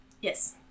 Yes